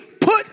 put